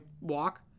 walk